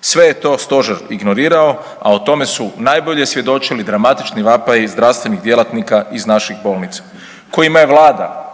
Sve je to stožer ignorirao, a o tome su najbolje svjedočili dramatični vapaji zdravstvenih djelatnika iz naših bolnica kojima je vlada